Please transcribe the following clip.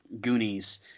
goonies